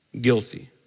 Guilty